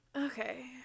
Okay